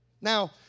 Now